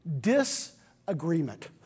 disagreement